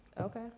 Okay